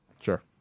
Sure